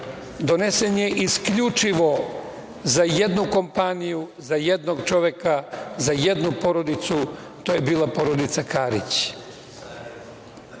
donesen je isključivo za jednu kompaniju, za jedno čoveka, za jednu porodicu. To je bila porodica Karić.